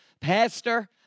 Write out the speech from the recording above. pastor